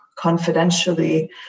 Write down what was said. confidentially